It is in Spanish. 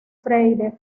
freire